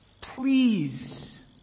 Please